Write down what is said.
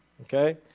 Okay